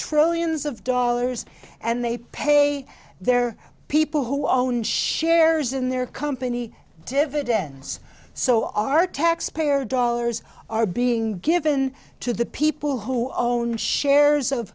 trillions of dollars and they pay their people who own shares in their company dividends so our taxpayer dollars are being given to the people who own shares of